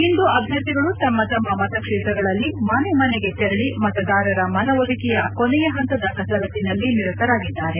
ಇಂದು ಅಭ್ದರ್ಥಿಗಳು ತಮ್ಮ ತಮ್ಮ ಮತಕ್ಷೇತ್ರಗಳಲ್ಲಿ ಮನೆ ಮನೆಗೆ ತೆರಳ ಮತದಾರರ ಮನವೊಲಿಕೆಯ ಕೊನೆಯ ಹಂತದ ಕಸರತ್ತಿನಲ್ಲಿ ನಿರತರಾಗಿದ್ದಾರೆ